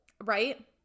Right